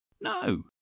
No